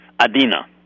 Adina